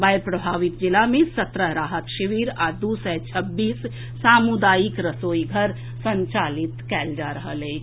बाढ़ि प्रभावित जिला मे सत्रह राहत शिविर आ दू सय छब्बीस सामुदायिक रसोई घर संचालित कएल जा रहल अछि